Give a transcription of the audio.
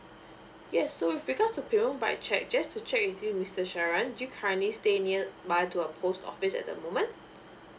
yes so with regards to payment via cheque just to check with you mr sharan do you currently stay near by to a post office at the moment